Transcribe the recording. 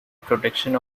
production